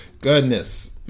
Goodness